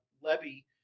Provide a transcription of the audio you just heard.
Levy